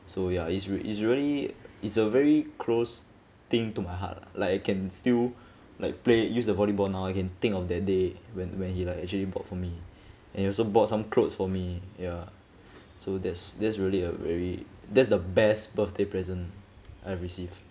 so ya it's real~ it's really it's a very close thing to my heart like it can still like play use the volleyball now I can think of that day when when he like actually bought for me and also bought some clothes for me ya so that's that's really a very that's the best birthday present I received